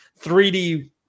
3D